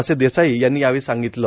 असे देसाई यांनी यावेळी सांगितले